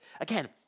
Again